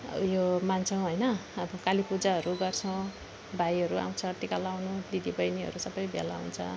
अब यो मान्छौँ होइन अब काली पूजाहरू गर्छौँ भाइहरू आउँछ टिका लाउनु दिदी बहिनीहरू सबै भेला हुन्छ